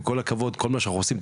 עם כל הכבוד עם כל מה שאנחנו עושים,